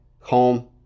home